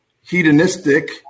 hedonistic